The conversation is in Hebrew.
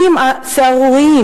למיעוטים הסהרוריים,